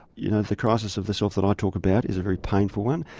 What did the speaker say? you know the crisis of the self that i talk about is a very painful one.